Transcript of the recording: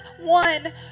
one